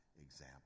example